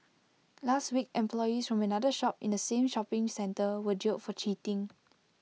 last week employees from another shop in the same shopping centre were jailed for cheating